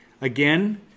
Again